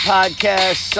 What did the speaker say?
Podcast